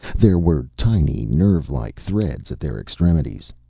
there were tiny, nerve-like threads at their extremities.